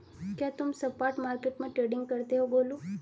क्या तुम spot market में ट्रेडिंग करते हो गोलू?